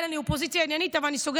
כן, אני אופוזיציה עניינית, אבל אני סוגרת.